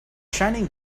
shining